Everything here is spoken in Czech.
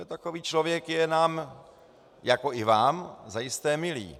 Takový člověk je nám jako i vám zajisté milý.